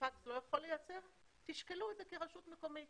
שפקס לא יכול לייצר, תשקלו את זה כרשות מקומית.